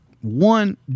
One